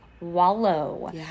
wallow